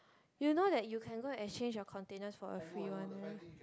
you know that you can go and exchange your container for a free one right